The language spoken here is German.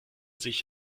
sich